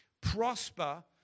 prosper